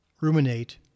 ruminate